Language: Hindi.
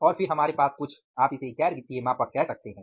और फिर हमारे पास कुछ आप इसे गैर वित्तीय मापक कह सकते हैं